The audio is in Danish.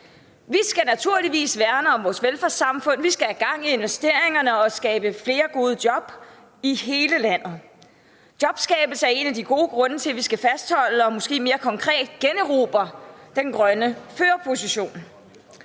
Vi skal naturligvis værne om vores velfærdssamfund, vi skal have gang i investeringerne og skabe flere gode job i hele landet. Jobskabelse er en af de gode grunde til, at vi skal fastholde og måske mere konkret generobre den grønne førerposition.